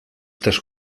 też